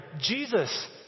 Jesus